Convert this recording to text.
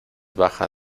baja